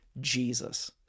Jesus